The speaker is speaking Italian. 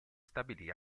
stabilì